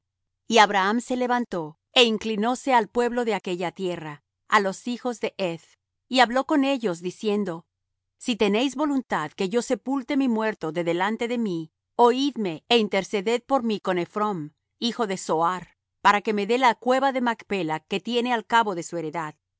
tierra á los hijos de heth y habló con ellos diciendo si tenéis voluntad que yo sepulte mi muerto de delante de mí oidme é interceded por mí con ephrón hijo de zohar para que me dé la cueva de macpela que tiene al cabo de su heredad